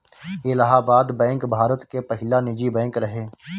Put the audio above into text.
Allahabad bank Bharat के पहिला निजी बैंक रहे